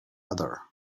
other